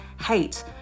hate